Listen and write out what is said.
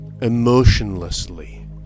emotionlessly